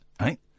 right